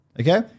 Okay